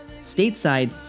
stateside